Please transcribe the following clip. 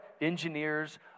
Engineers